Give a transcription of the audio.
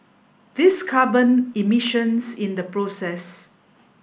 this carbon emissions in the process